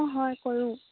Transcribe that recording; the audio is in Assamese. অঁ হয় কৰোঁ